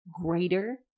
greater